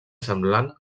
semblant